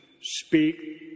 Speak